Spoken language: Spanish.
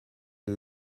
del